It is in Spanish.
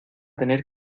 tener